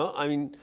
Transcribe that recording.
i mean,